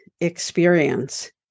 experience